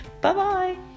Bye-bye